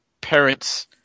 parents